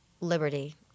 liberty